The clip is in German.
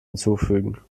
hinzufügen